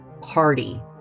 party